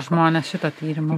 žmonės šito tyrimo